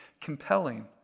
compelling